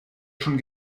schon